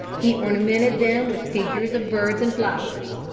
he ornamented them with figures of birds and flowers.